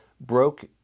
broke